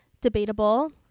debatable